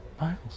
Miles